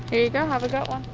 here you go. have a